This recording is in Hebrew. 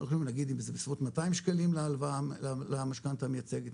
אם זה בסביבות 200 שקלים להלוואה למשכנתא המייצגת,